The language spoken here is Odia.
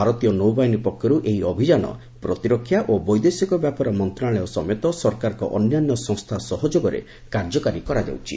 ଭାରତୀୟ ନୌବାହିନୀ ପକ୍ଷରୁ ଏହି ଅଭିଯାନ ପ୍ରତିରକ୍ଷା ଓ ବୈଦେଶିକ ବ୍ୟାପାର ମନ୍ତ୍ରଣାଳୟ ସମେତ ସରକାରଙ୍କ ଅନ୍ୟାନ୍ୟ ସଂସ୍ଥା ସହଯୋଗରେ କାର୍ଯ୍ୟକାରୀ କରାଯାଉଛି